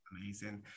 Amazing